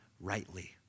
rightly